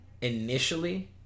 initially